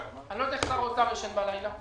אני לא יודע איך שר האוצר ישן בלילה,